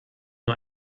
nur